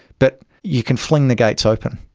but you can fling the gates open,